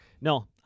No